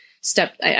step